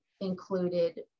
included